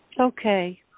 okay